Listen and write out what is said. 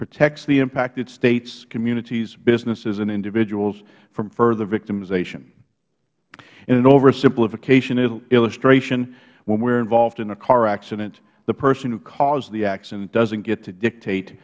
protects the impacted states communities businesses and individuals from further victimization in an oversimplification illustration when we are involved in a car accident the person who caused the accident doesn't get to dictate